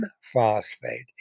phosphate